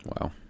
Wow